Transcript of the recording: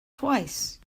twice